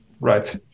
Right